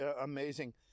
amazing